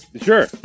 sure